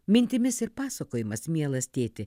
mintimis ir pasakojimas mielas tėti